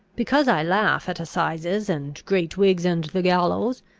because i laugh at assizes, and great wigs, and the gallows,